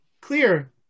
clear